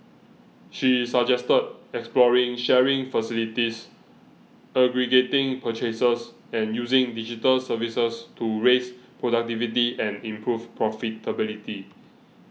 she suggested exploring sharing facilities aggregating purchases and using digital services to raise productivity and improve profitability